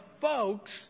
folks